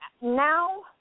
now